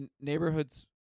neighborhoods